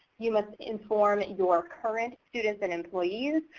you must inform your current students and employees,